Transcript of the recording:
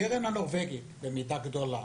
הקרן הנורבגית במידה גדולה